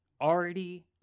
already